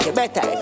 better